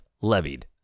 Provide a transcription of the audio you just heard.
levied